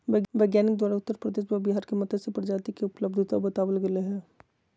वैज्ञानिक द्वारा उत्तर प्रदेश व बिहार में मत्स्य प्रजाति के उपलब्धता बताबल गले हें